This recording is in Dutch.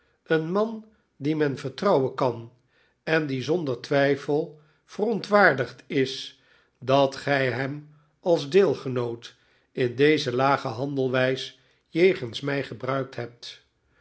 een man dien men vertrouwen kan en die zonder twijfel verontwaardigd is dnt gij hem als deelgenoot in deze lage handelwijs jegens my gebruikt hebt